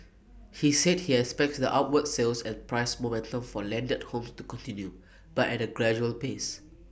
he said he expects the upward sales and price momentum for landed homes to continue but at A gradual pace